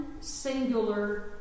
singular